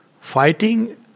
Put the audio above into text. fighting